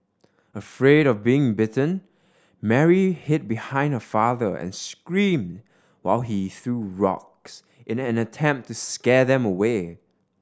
afraid of being bitten Mary hid behind her father and screamed while he threw rocks in an attempt to scare them away